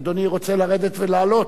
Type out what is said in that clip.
אדוני רוצה לרדת ולעלות?